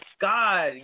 God